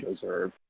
deserve